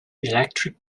electric